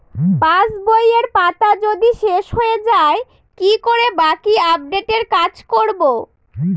পাসবইয়ের পাতা যদি শেষ হয়ে য়ায় কি করে বাকী আপডেটের কাজ করব?